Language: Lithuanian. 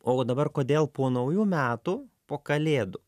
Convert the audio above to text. o dabar kodėl po naujų metų po kalėdų